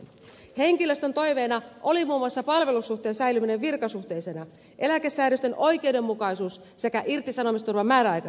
henkilöstön toiveena oli muun muassa palvelussuhteen säilyminen virkasuhteisena eläkesäädösten oikeudenmukaisuus sekä irtisanomisturvan määräaikaisuus